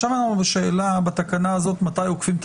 עכשיו אנחנו בשאלה בתקנה הזאת מתי עוקפים את